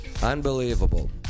Unbelievable